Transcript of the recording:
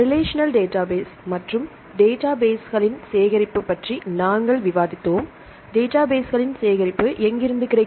relational database மற்றும் டேட்டாபேஸ்களின் சேகரிப்பு பற்றி நாங்கள் விவாதித்தோம் டேட்டாபேஸ்களின் சேகரிப்பு எங்கிருந்து கிடைக்கும்